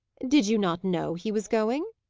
did you not know he was going?